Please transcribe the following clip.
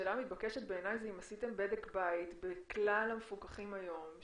המתבקשת בעיניי היא האם עשיתם בדק בית עם כלל המפוקחים היום,